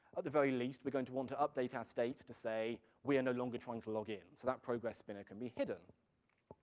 at the very least, we're going to want to update our ah state to say we are no longer trying to log in, so that progress spinner can be hidden.